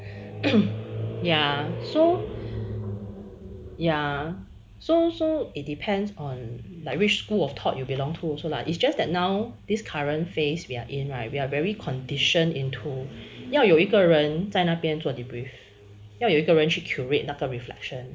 ya so ya so so it depends on like which school of thought you belong to also lah it's just that now this current phase we are in right we are very condition into 要有一个人在那边做 debrief 要有一个人去 curate 那个 reflection